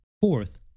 Fourth